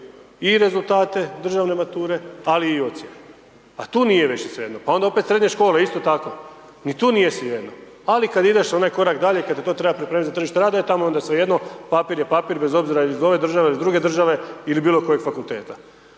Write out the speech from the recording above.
i rezultate državne mature ali i ocjene. A tu nije više svejedno pa onda opet srednje škole isto tako, ni tu nije svejedno. Ali kad ideš onaj korak dalje i kad te to treba pripremiti za tržište rada e tamo je onda svejedno, papir je papri bez obzira iz ove države, iz druge države ili bilokojeg fakulteta.